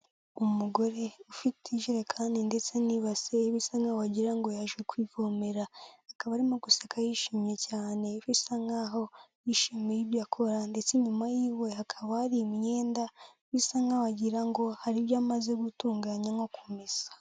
Umugore ufite ijerekani ndetse n'ibase bisa nk'aho wagira ngo yaje kwivomera, akaba arimo guseka yishimye cyane bisa nk'aho yishimiye ibyo akora ndetse nyuma y'iwe hakaba hari imyenda bisa nk'aho wagira ngo hari ibyo amaze gutunganya nko kumesa.